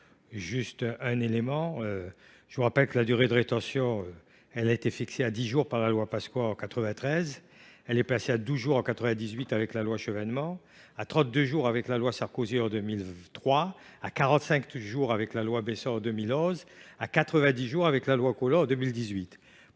de Ian Brossat. Je rappelle que la durée de rétention, fixée à 10 jours par la loi Pasqua en 1993, est passée à 12 jours en 1998 avec la loi Chevènement, à 32 jours en 2003 avec la loi Sarkozy, à 45 jours avec la loi Besson en 2011, puis à 90 jours avec la loi Collomb en 2018.